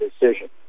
decision